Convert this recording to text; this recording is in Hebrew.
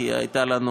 כי הייתה לנו